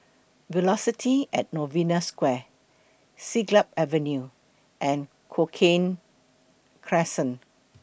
Velocity At Novena Square Siglap Avenue and Cochrane Crescent